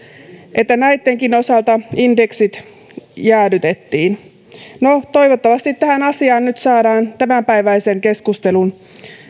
että näittenkin osalta indeksit jäädytettiin no toivottavasti tähän asiaan nyt saadaan tämänpäiväisen keskustelun